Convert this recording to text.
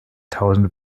tausende